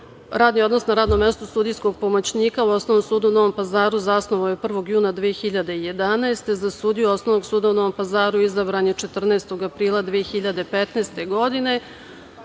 Radni odnos na radnom mestu sudijskog pomoćnika u Osnovnom sudu u Novom Pazaru zasnovao je 1. juna 2011. godine. Za sudiju Osnovnog suda u Novom Pazaru izabran je 14. aprila 2015. godine.